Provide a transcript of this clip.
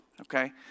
okay